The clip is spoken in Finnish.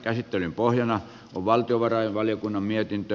käsittelyn pohjana on valtiovarainvaliokunnan mietintö